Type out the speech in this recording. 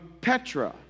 Petra